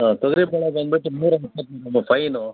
ಹಾಂ ತೊಗರಿಬೇಳೆ ಬಂದುಬಿಟ್ಟು ನೂರ ಫೈನೂ